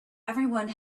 everyone